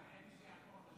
אין מי שיחקור.